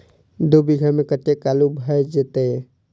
दु बीघा मे कतेक आलु भऽ जेतय?